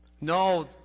No